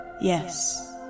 Yes